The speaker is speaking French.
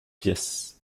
pièces